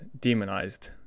demonized